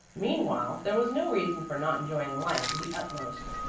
meanwhile there was no reason for not enjoying life to the utmost.